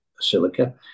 silica